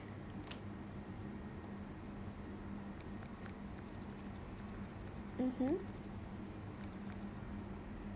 mmhmm